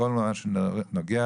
נכון, נכון.